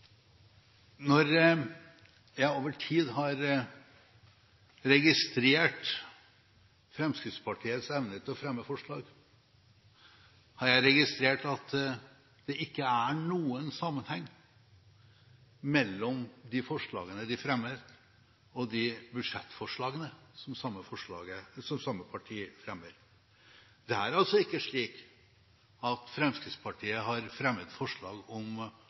Når jeg over tid har registrert Fremskrittspartiets evne til å fremme forslag, har jeg registrert at det ikke er noen sammenheng mellom de forslagene de fremmer, og de budsjettforslagene som samme parti fremmer. Det er ikke slik at Fremskrittspartiet har fremmet forslag om